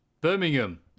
Birmingham